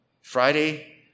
Friday